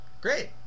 Great